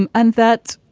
and and that,